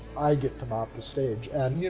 i get to mop the stage, and, you